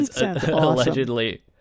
allegedly